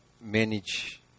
manage